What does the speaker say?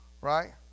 right